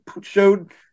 showed